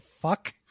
fuck